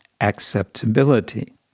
acceptability